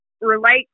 relate